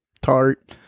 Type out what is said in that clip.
tart